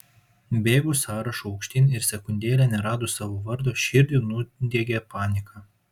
bėgu sąrašu aukštyn ir sekundėlę neradus savo vardo širdį nudiegia panika